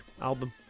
album